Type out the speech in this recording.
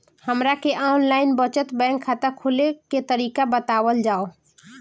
हमरा के online बचत बैंक खाता खोले के तरीका बतावल जाव?